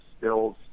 skills